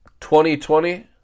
2020